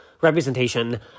representation